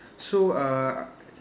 so uh